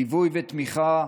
ליווי ותמיכה,